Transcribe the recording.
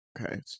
Okay